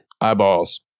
eyeballs